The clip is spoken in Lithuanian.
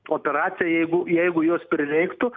operacija jeigu jeigu jos prireiktų